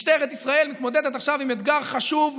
משטרת ישראל מתמודדת עכשיו עם אתגר חשוב,